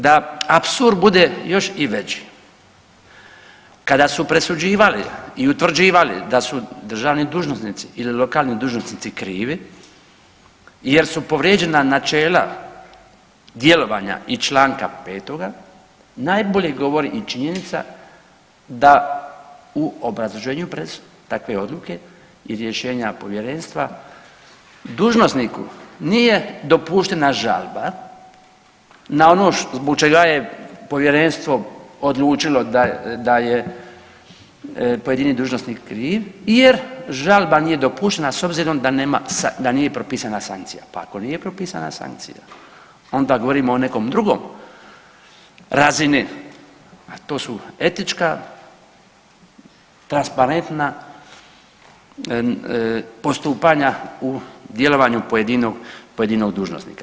Da apsurd bude još i veći kada su presuđivali i utvrđivali da su državni dužnosnici ili lokalni dužnosnici krivi jer su povrijeđena načela djelovanja iz čl. 5. najbolje govori i činjenica da u obrazloženju takve odluke i rješenja povjerenstva dužnosniku nije dopuštena žalba na ono zbog čega je povjerenstvo odlučilo da je pojedini dužnosnik kriv jer žalba nije dopuštena s obzirom da nije propisana sankcija, pa ako nije propisana sankcija onda govorimo o nekoj drugoj razini, a to su etička, transparentna postupanja u djelovanju pojedinog, pojedinog dužnosnika.